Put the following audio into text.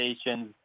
stations